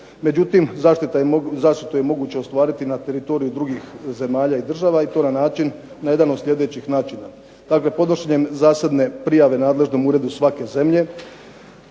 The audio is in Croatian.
Međutim, zaštitu je moguće ostvariti na teritoriju drugih zemalja i država i to na jedan od sljedećih načina. Dakle, podnošenjem zasebne prijave nadležnom uredu svake zemlje,